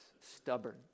Stubborn